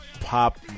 pop